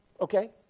Okay